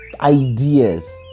Ideas